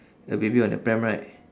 a baby on a pram right